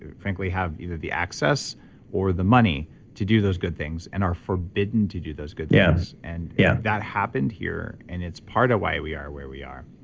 ah frankly have either the access or the money to do those good things and are forbidden to do those goods yes and yeah that happened here, and it's part of why we are where we are.